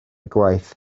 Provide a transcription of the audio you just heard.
gwaith